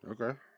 Okay